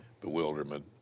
bewilderment